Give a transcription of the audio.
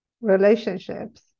relationships